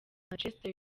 manchester